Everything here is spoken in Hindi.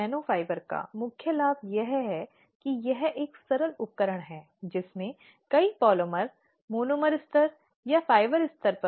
अब प्रत्येक व्यक्ति के साथ अलग अलग और विश्वास के साथ पूछताछ की जानी चाहिए और आम तौर पर क्या बनाए रखा गया है